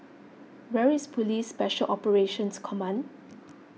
where is Police Special Operations Command